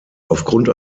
aufgrund